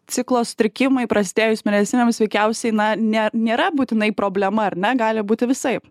ciklo sutrikimai prasidėjus mėnesinėms veikiausiai na ne nėra būtinai problema ar ne gali būti visaip